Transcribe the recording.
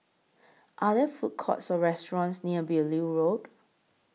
Are There Food Courts Or restaurants near Beaulieu Road